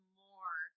more